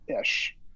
ish